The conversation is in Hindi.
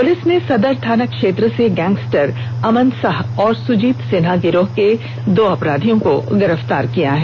पुलिस ने सदर थाना क्षेत्र से गैंगस्टर अमन साह और सुजित सिन्हा गिरोह के दो अपराधियों को गिरफ्तार किया है